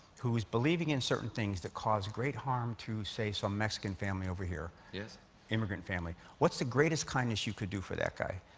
who is believing in certain things that cause great harm to, say, some mexican family over here, immigrant family. what's the greatest kindness you could do for that guy?